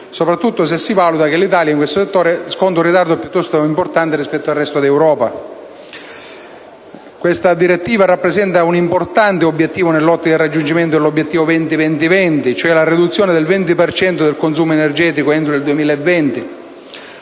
soprattutto se si valuta che l'Italia in questo settore sconta un ritardo piuttosto importante rispetto al resto d'Europa. Questa direttiva rappresenta un importante obbiettivo, nell'ottica del raggiungimento dell'obiettivo 20-20-20, ovvero la riduzione del 20 per cento del consumo energetico entro il 2020;